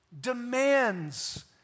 demands